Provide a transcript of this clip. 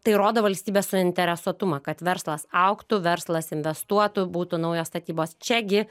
tai rodo valstybės suinteresuotumą kad verslas augtų verslas investuotų būtų naujos statybos čia gi